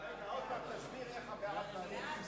עוד פעם תסביר איך הבעד ונגד.